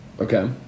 Okay